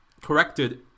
corrected